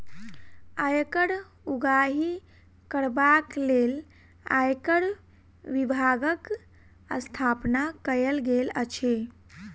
आयकर उगाही करबाक लेल आयकर विभागक स्थापना कयल गेल अछि